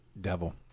devil